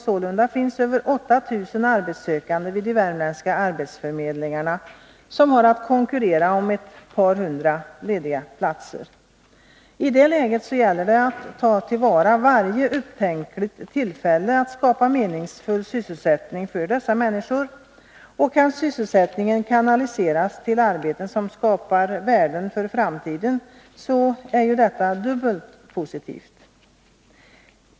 Sålunda noteras vid de värmländska arbetsförmedlingarna över 8 000 arbetssökande, som har att konkurrera om ett par hundra lediga platser. I det läget gäller det att ta till vara varje upptänkligt tillfälle att skapa meningsfull sysselsättning för dessa människor. Och kan sysselsättningen kanaliseras till arbeten som skapar värden för framtiden, är ju detta dubbelt så positivt.